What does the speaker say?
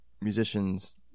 musician's